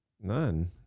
None